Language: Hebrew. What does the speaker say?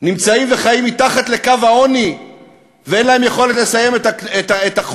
ונמצאים וחיים מתחת לקו העוני ואין להם יכולת לסיים את החודש.